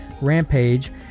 Rampage